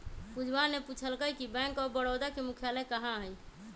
पूजवा ने पूछल कई कि बैंक ऑफ बड़ौदा के मुख्यालय कहाँ हई?